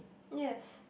yes